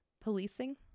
policing